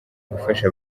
gufasha